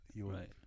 right